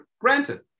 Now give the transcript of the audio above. Granted